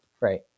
Right